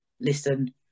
listen